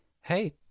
hey